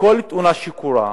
שבכל תאונה שקורית